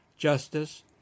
justice